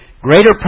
Greater